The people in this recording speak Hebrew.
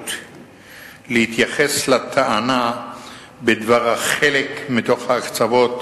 אפשרות להתייחס לטענה בדבר החלק מתוך ההקצבות